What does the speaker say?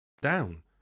Down